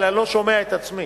אני לא שומע את עצמי.